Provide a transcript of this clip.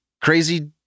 crazy